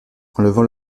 enlevant